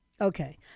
Okay